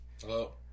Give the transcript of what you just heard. Hello